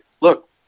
look